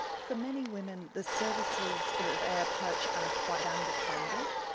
for many women, the services that they approach, are quite under-funded,